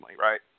right